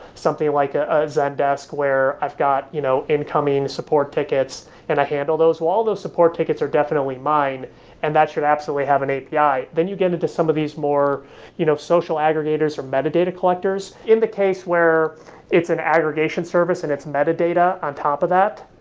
something like ah ah zendesk, where i've got you know incoming support tickets and i handle those. all those support tickets are definitely mine and that should absolutely have an api. then, you get into some of these more you know social aggregators from metadata collectors. in the case where it's an aggregation service and it's metadata on top of that,